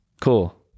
Cool